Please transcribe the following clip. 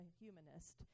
humanist